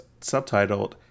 subtitled